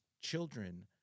children